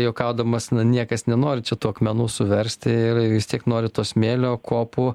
juokaudamas niekas nenori čia tų akmenų suversti ir vis tiek nori to smėlio kopų